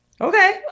okay